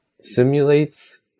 simulates